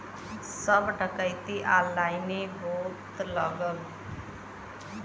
सब डकैती ऑनलाइने होए लगल